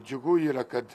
džiugu yra kad